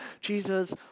Jesus